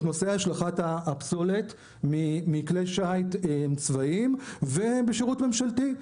נושא השלכת הפסולת מכלי שיט צבאיים ובשירות ממשלתי.